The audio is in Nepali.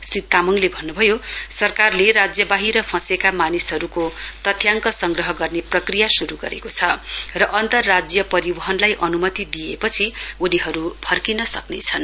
श्री तामङले भन्नुभयो सरकारले राज्य वाहिर फँसेका मानिसहरुको तथ्याङ्क संग्रह गर्ने प्रक्रिया शुरु गरेको छ र अन्तरार्जय परिवनलाई अनुमति दिइएपछि उनीहरु फर्किन सक्नेछन्